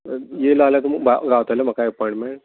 आयले जाल्यार गावतलें म्हाका अपोयमेंट